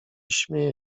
śmieje